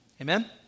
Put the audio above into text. Amen